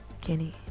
Kenny